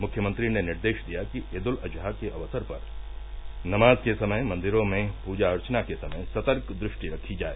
मुख्यमंत्री ने निर्देश दिया कि ईद उल अजहा के अवसर पर नमाज के समय मंदिरों में पूजा अर्चना के समय सतर्क दृष्टि रखी जाए